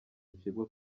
acibwa